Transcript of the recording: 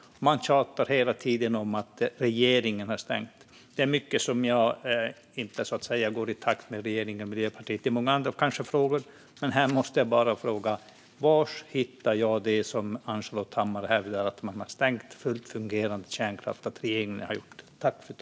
Man tjatar hela tiden om att regeringen har stängt. Jag kanske inte går i takt med regeringen och Miljöpartiet i många andra frågor, men här måste jag fråga: Var hittar jag det som Ann-Charlotte Hammar hävdar, att regeringen har stängt fullt fungerande kärnkraft?